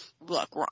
look